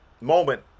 moment